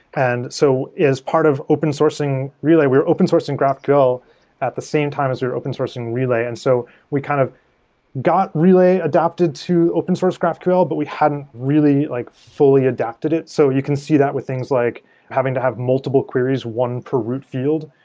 and so as part of open-sourcing relay, we're open-sourcing graphql at the same time as we're open sourcing relay. and so we kind of got relay adopted to open-source graphql, but we hadn't really like fully adopted it. so you can see that with things like having to have multiple queries, one for root field,